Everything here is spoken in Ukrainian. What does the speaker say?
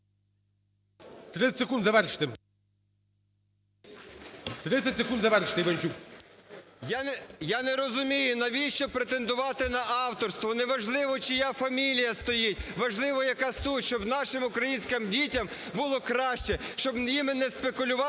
30 секунд, завершуйте. 30 секунд, завершуйте. Іванчук. 18:06:45 ІВАНЧУК А.В. Я не розумію, навіщо претендувати на авторство. Не важливо, чия фамілія стоїть, важливо, яка суть: щоб нашим українським дітям було краще, щоб ними не спекулювали,